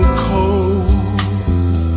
cold